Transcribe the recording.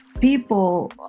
people